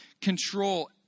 control